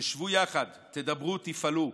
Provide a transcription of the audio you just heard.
תשבו יחד, תדברו, תפעלו.